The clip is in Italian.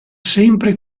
sempre